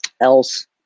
else